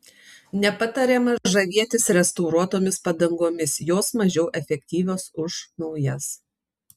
nepatariama žavėtis restauruotomis padangomis jos mažiau efektyvios už naujas